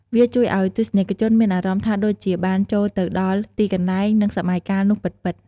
វាជួយឱ្យទស្សនិកជនមានអារម្មណ៍ថាដូចជាបានចូលទៅដល់ទីកន្លែង និងសម័យកាលនោះពិតៗ។